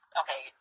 okay